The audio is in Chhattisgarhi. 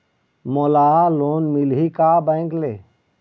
मोला लोन मिलही का बैंक ले?